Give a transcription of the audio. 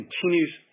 continues